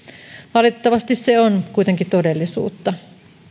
valitettavasti se on kuitenkin todellisuutta